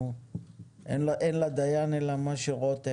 אין לדיין אלא מה שרואות עיניו.